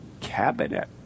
cabinet